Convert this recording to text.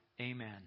Amen